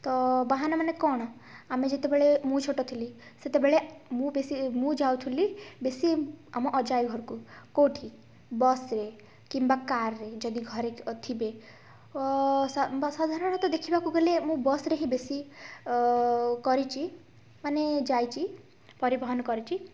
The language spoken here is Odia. ତ ବାହାନା ମାନେ କ'ଣ ଆମେ ଯେତେବେଳେ ମୁଁ ଛୋଟ ଥିଲି ସେତେବେଳେ ମୁଁ ବେଶୀ ମୁଁ ଯାଉଥିଲି ବେଶୀ ଆମ ଅଜା ଆଈ ଘରକୁ କେଉଁଠି ବସ୍ରେ କିମ୍ବା କାର୍ରେ ଯଦି ଘରେ ଥିବେ ଓ ସା ବା ସାଧାରଣତଃ ଦେଖିବାକୁ ଗଲେ ମୁଁ ବସ୍ରେ ହିଁ ବେଶୀ କରିଛି ମାନେ ଯାଇଛି ପରିବହନ କରିଛି